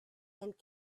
and